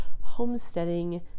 homesteading